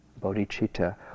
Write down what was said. bodhicitta